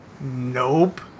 nope